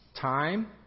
time